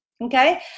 okay